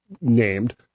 named